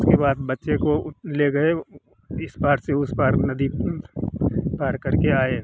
उसके बाद बच्चे को ले गए इस पार से उस पार में नदी पार करके आए